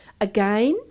Again